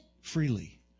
freely